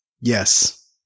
Yes